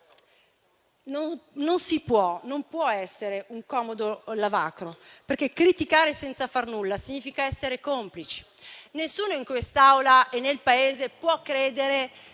condividere. Non può essere un comodo lavacro, perché criticare senza far nulla significa essere complici. Nessuno in quest'Aula e nel Paese può credere